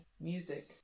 Music